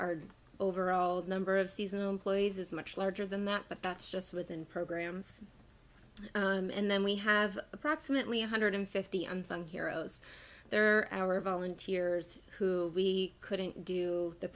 our overall number of seasonal employees is much larger than that but that's just within programs and then we have approximately one hundred fifty unsung heroes they're our volunteers who we couldn't do the